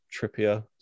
Trippier